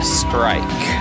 strike